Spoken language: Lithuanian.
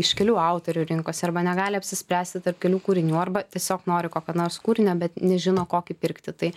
iškilių autorių rinkosi arba negali apsispręsti tarp kelių kūrinių arba tiesiog nori kokio nors kūrinio bet nežino kokį pirkti tai